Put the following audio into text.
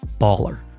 BALLER